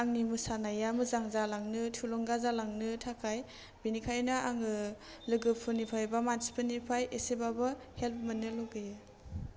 आंनि मोसानाया मोजां जालांनो थुलुंगा जालांनो थाखाय बेनिखायनो आङो लोगोफोरनिफ्राय बा मानसिफोरनिफ्राय एसेबाबो हेल्फ मोननो लुबैयो